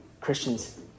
Christians